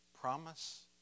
Promise